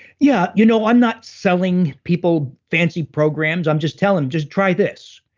yeah you know i'm not selling people fancy programs, i'm just tell em, just try this.